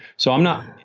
so i'm not.